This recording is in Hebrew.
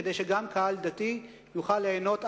כדי שגם קהל דתי יוכל ליהנות,